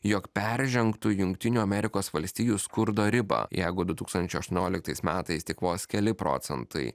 jog peržengtų jungtinių amerikos valstijų skurdo ribą jeigu du tūkstančiai aštuonioliktais metais tik vos keli procentai